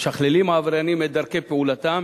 משכללים העבריינים את דרכי פעולתם